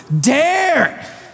dare